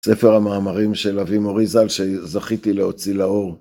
ספר המאמרים של אבי מורי ז"ל שזכיתי להוציא לאור.